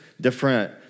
different